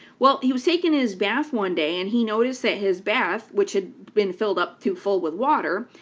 well, he was taking his bath one day and he noticed that his bath, which had been filled up too full with water,